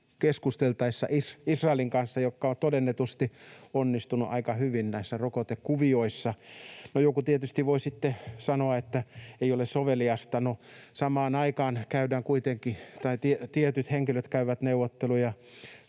keskusteltaessa Israelin kanssa, joka on todennetusti onnistunut aika hyvin näissä rokotekuvioissa. Joku tietysti voi sitten sanoa, että ei ole soveliasta. No, kun samaan aikaan tietyt henkilöt käyvät neuvotteluja